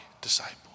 disciple